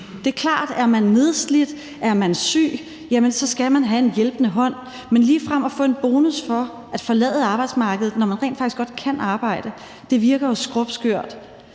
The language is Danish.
Det er klart, at hvis man er nedslidt eller syg, skal man have en hjælpende hånd, men ligefrem at få en bonus for at forlade arbejdsmarkedet, når man rent faktisk godt kan arbejde, virker jo skrupskørt.